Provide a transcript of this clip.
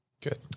Good